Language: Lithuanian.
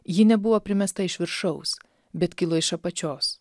ji nebuvo primesta iš viršaus bet kilo iš apačios